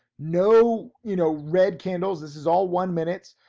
no, you know, red candles, this is all one minutes,